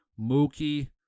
Mookie